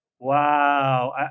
Wow